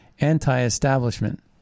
anti-establishment